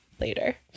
Later